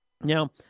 Now